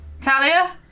Talia